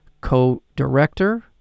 co-director